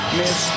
miss